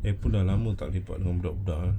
eh tak apa lah lama tak nampak budak-budak ah